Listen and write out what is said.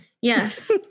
Yes